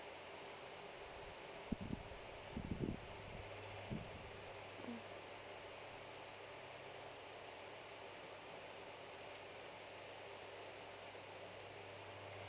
mm